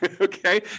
okay